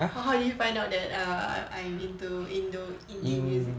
how how did you find out that err I'm into indo indie music